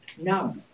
No